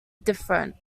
different